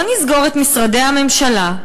בואו נסגור את משרדי הממשלה,